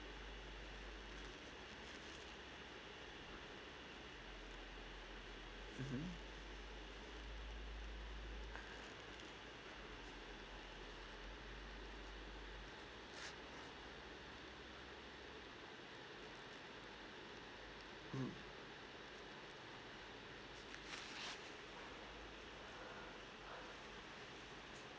mmhmm mm